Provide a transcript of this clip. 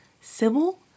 Sybil